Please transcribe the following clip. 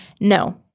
No